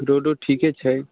रोडो ठीके छै